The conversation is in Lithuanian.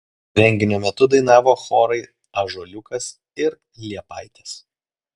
renginio metu dainavo chorai ąžuoliukas ir liepaitės